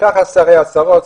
קח לך שרי עשרות,